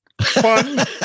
fun